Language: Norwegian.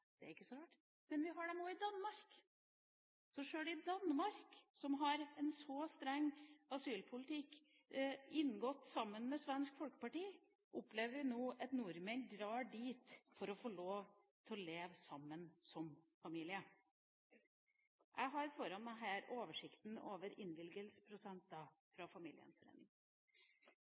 Danmark. Så sjøl Danmark, som har en så streng asylpolitikk, inngått sammen med Dansk Folkeparti, opplever vi nå at nordmenn drar til for å få lov til å leve sammen som familie. Jeg har foran meg oversikten over innvilgelsesprosenter for familiegjenforeninger. Jeg går ut fra